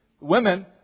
Women